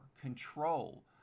control